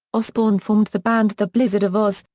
osbourne formed the band the blizzard of ozz,